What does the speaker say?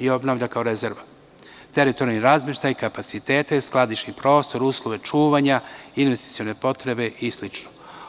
i obnavlja kao rezerva, teritorijalni razmeštaj, kapacitete, skladišni prostor, uslove čuvanja, investicione potrebe i sl.